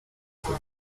for